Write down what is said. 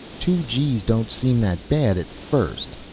two g's don't seem that bad at first.